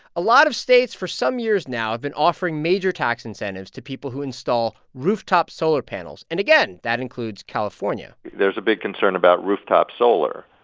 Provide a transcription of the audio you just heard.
a lot of states, for some years now, have been offering major tax incentives to people who install rooftop solar panels. and again, that includes california there's a big concern about rooftop solar,